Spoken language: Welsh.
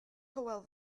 hywel